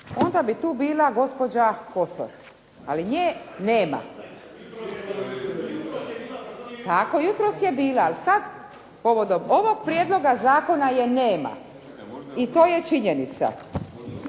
onda bi tu bila gospođa Kosor, ali nje nema. …/Upadica se ne čuje./… Tako, jutros je bila ali sad povodom ovog prijedloga zakona je nema i to je činjenica.